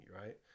Right